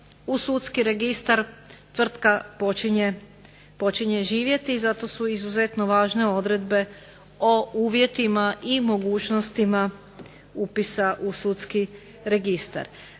u sudski registar tvrtka počinje živjeti. I zato su izuzetno važne odredbe o uvjetima i mogućnostima upisa u sudski registar.